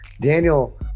Daniel